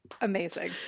Amazing